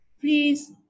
Please